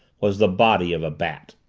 was the body of a bat.